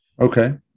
Okay